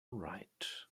right